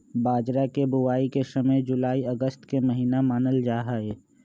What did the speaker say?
बाजरा के बुवाई के समय जुलाई अगस्त के महीना मानल जाहई